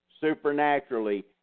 supernaturally